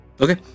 Okay